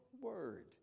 word